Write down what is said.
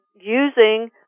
using